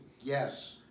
Yes